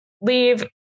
leave